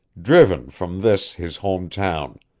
driven from this, his home town,